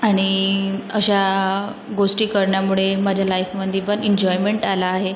आणि अशा गोष्टी करण्यामुळे माझ्या लाईफमध्ये पण एन्जॉयमेंट आला आहे